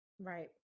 Right